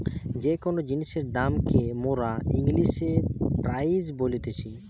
যে কোন জিনিসের দাম কে মোরা ইংলিশে প্রাইস বলতিছি